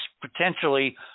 potentially